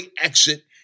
exit